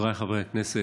חבריי חברי הכנסת,